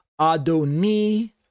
Adoni